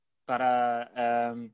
para